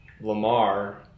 Lamar